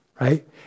right